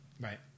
Right